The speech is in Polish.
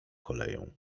koleją